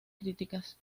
críticas